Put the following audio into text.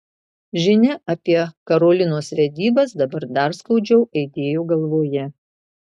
žinia apie karolinos vedybas dabar dar skaudžiau aidėjo galvoje